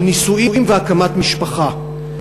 של נישואים והקמת משפחה.